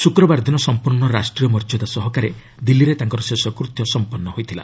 ଶୁକ୍ରବାର ଦିନ ସଂପୂର୍ଣ୍ଣ ରାଷ୍ଟ୍ରୀୟ ମର୍ଯ୍ୟାଦା ସହକାରେ ଦିଲ୍ଲୀରେ ତାଙ୍କର ଶେଷକୃତ୍ୟ ସଂପନ୍ନ ହୋଇଥିଲା